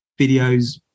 videos